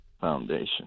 foundation